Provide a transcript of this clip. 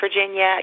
Virginia